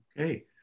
Okay